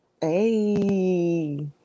Hey